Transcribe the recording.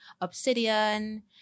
obsidian